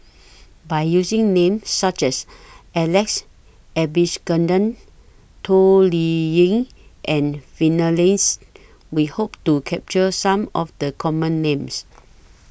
By using Names such as Alex Toh Liying and We Hope to capture Some of The Common Names